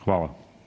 Hvala.